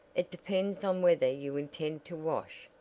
it depends on whether you intend to wash,